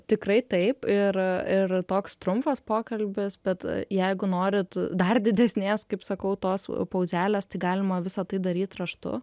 tikrai taip ir ir toks trumpas pokalbis bet jeigu norit dar didesnės kaip sakau tos pauzelės tai galima visa tai daryt raštu